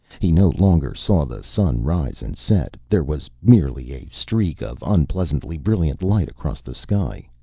he no longer saw the sun rise and set. there was merely a streak of unpleasantly brilliant light across the sky.